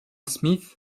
smith